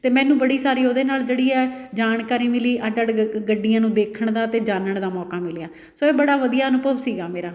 ਅਤੇ ਮੈਨੂੰ ਬੜੀ ਸਾਰੀ ਉਹਦੇ ਨਾਲ ਜਿਹੜੀ ਹੈ ਜਾਣਕਾਰੀ ਮਿਲੀ ਅੱਡ ਅੱਡ ਗੱਡੀਆਂ ਨੂੰ ਦੇਖਣ ਦਾ ਅਤੇ ਜਾਨਣ ਦਾ ਮੌਕਾ ਮਿਲਿਆ ਸੋ ਇਹ ਬੜਾ ਵਧੀਆ ਅਨੁਭਵ ਸੀਗਾ ਮੇਰਾ